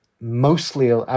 mostly